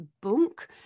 Bunk